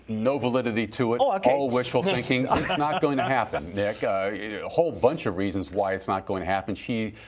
no validity to it. all wishful thinking. it's ah not going to happen. a whole bunch of reasons why it's not going to happen. she,